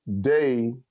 day